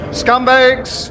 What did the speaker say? scumbags